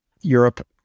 Europe